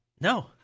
No